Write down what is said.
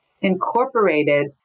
incorporated